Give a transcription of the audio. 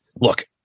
Look